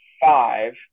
five